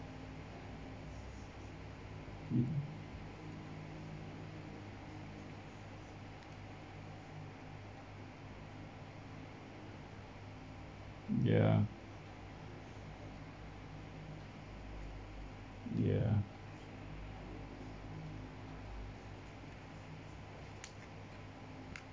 ya ya